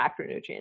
macronutrients